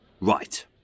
Right